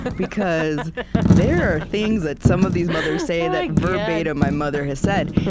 but because there are things that some of these mothers say that, verbatim, my mother has said.